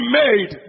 made